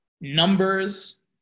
numbers